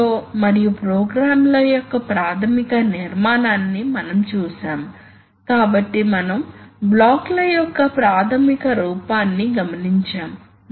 pneumatic logic యొక్క ప్రధాన ప్రయోజనం ఏమిటి కాబట్టి మేము ఇప్పటికే స్పీడ్ మరియు కాంప్లెక్సిటీ పరంగా అప్రయోజనాలు చెప్పాము